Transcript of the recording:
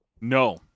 No